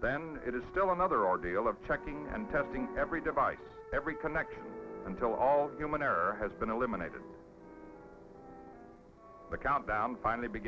then it is still another ordeal of checking and testing every device every connection until all human error has been eliminated the countdown finally beg